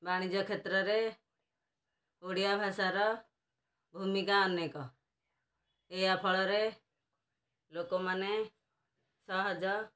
ବାଣିଜ୍ୟ କ୍ଷେତ୍ରରେ ଓଡ଼ିଆ ଭାଷାର ଭୂମିକା ଅନେକ ଏହା ଫଳରେ ଲୋକମାନେ ସହଜ